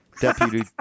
Deputy